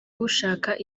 ushaka